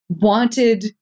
wanted